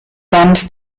land